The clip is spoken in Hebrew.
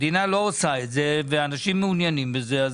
המדינה לא עושה את ה ואנשים מעוניינים בזה,